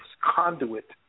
conduit